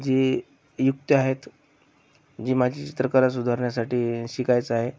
जी युक्त्या आहेत जी माझी चित्रकला सुधारण्यासाठी शिकायचं आहे